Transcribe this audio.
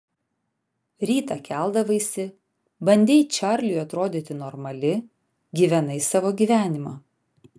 rytą keldavaisi bandei čarliui atrodyti normali gyvenai savo gyvenimą